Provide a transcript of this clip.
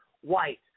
White